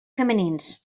femenins